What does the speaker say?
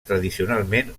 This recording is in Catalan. tradicionalment